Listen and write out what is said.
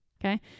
okay